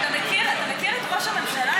אתה מכיר את ראש הממשלה?